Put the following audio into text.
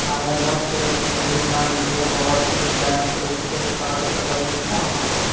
Amazon Pay నుండి నా Indian Overseas Bank RuPay card తొలగిస్తావా